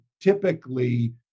typically